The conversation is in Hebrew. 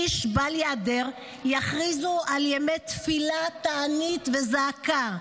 איש בל ייעדר, יכריזו על ימי תפילה, תענית וזעקה,